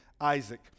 Isaac